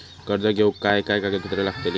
कर्ज घेऊक काय काय कागदपत्र लागतली?